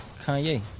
Kanye